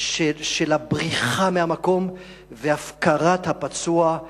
של הבריחה מהמקום והפקרת הפצוע.